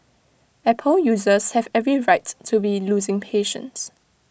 Apple users have every right to be losing patience